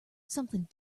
something